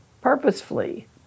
purposefully